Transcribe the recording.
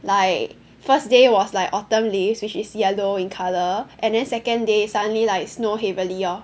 like first day was like autumn leaves which is yellow in colour and then second day suddenly like snow heavily lor